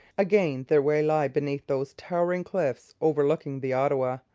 again, their way lay beneath those towering cliffs overlooking the ottawa,